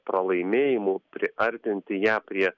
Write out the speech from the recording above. pralaimėjimų priartinti ją prie